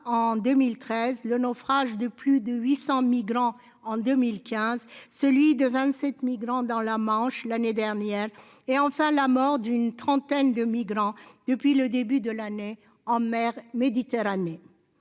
En 2013, le naufrage de plus de 800 migrants en 2015 celui de 27 migrants dans la Manche l'année dernière et enfin la mort d'une trentaine de migrants depuis le début de l'année en mer Méditerranée.